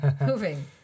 Moving